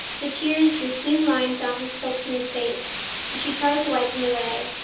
the tears drew clean lines down her silt smeared face and she tried to wipe them away,